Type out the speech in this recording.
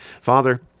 Father